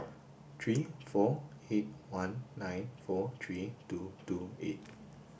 three four eight one nine four three two two eight